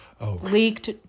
leaked